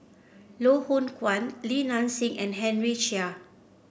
Loh Hoong Kwan Li Nanxing and Henry Chia